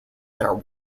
there